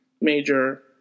major